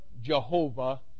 Jehovah